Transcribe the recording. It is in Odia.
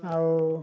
ଆଉ